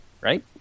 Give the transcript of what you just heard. Right